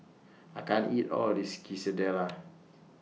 I can't eat All of This Quesadillas